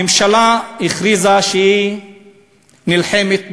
הממשלה הכריזה שהיא נלחמת בעוני,